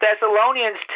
Thessalonians